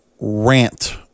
rant